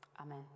Amen